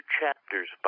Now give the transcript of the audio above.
chapters